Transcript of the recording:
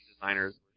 Designers